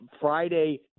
Friday